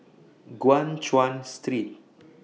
Guan Chuan Street